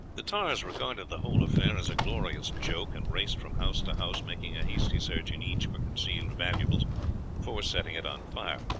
the tars regarded the whole affair as a glorious joke, and raced from house to house, making a hasty search in each for concealed valuables before setting it on fire.